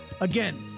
Again